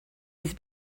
his